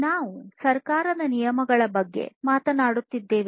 ನಾವು ಸರ್ಕಾರದ ನಿಯಮಗಳ ಬಗ್ಗೆ ಮಾತನಾಡುತ್ತಿದ್ದೇವೆ